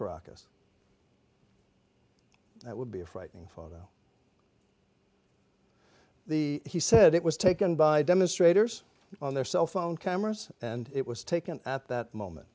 caracas that would be a frightening photo the he said it was taken by demonstrators on their cell phone cameras and it was taken at that moment